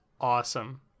awesome